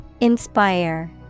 Inspire